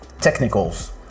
Technicals